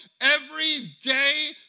everyday